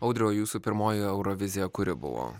audriau jūsų pirmoji eurovizija kuri buvo